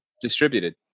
distributed